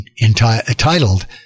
entitled